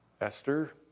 Esther